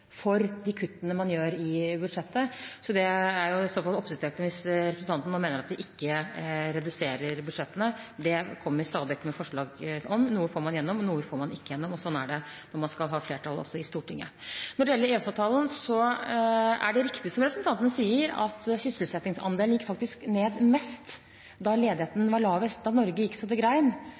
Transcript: for de kuttene man gjør i budsjettet, så det er i så fall oppsiktsvekkende hvis representanten nå mener at vi ikke reduserer budsjettene. Det kommer vi stadig vekk med forslag om. Noe får man gjennom, noe får man ikke gjennom, og sånn er det når man skal ha flertall også i Stortinget. Når det gjelder EØS-avtalen, er det riktig som representanten sier, at sysselsettingsandelen faktisk gikk ned mest da ledigheten var lavest, da Norge gikk så det grein.